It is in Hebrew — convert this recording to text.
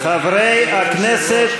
חברי חברי הכנסת,